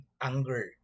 anger